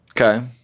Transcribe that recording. Okay